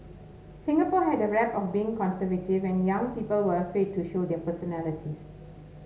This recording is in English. Singapore had a rep of being conservative and young people were afraid to show their personalities